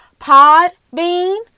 Podbean